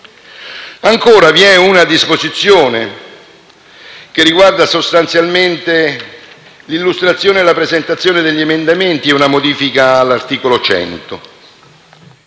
Ancora, vi è una disposizione che riguarda sostanzialmente l'illustrazione e la presentazione degli emendamenti: è una modifica all'articolo 100.